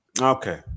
Okay